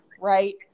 Right